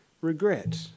regret